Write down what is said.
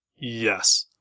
yes